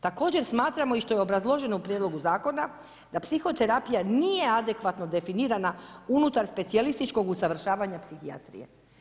Također smatramo i što je obrazloženo u prijedlogu zakona da psihoterapija nije adekvatno definirana unutar specijalističkog usavršavanja psihijatrije.